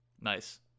Nice